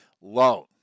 loan